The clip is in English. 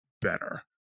better